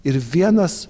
ir vienas